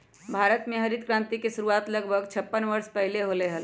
भारत में हरित क्रांति के शुरुआत लगभग छप्पन वर्ष पहीले होलय हल